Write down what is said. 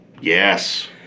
Yes